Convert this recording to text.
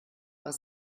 was